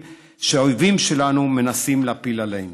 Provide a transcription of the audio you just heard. שהאויבים שלנו מנסים להפיל עלינו.